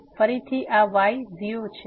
તો ફરીથી આ y 0 છે